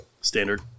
Standard